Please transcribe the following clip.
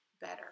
better